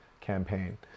campaign